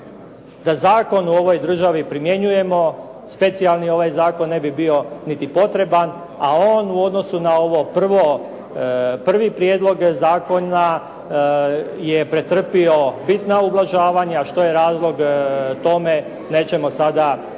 da zakon u ovoj državi primjenjujemo, specijalni ovaj zakon ne bi bio niti potreban, a on u odnosu na ovo prvi prijedlog zakona je pretrpio bitna ublažavanja, a što je razlog tome nećemo sada, nećemo